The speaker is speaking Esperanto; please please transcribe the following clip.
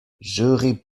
ĵuri